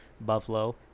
Buffalo